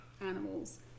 animals